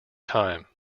time